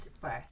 birth